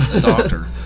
doctor